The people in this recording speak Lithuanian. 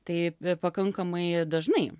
tai pakankamai dažnai